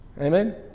Amen